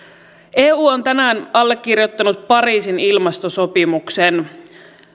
eu on tänään allekirjoittanut pariisin ilmastosopimuksen